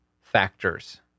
factors